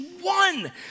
one